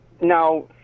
now